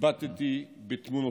הבטתי בתמונותיהם.